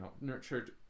nurtured